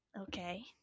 Okay